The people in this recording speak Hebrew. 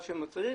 צריך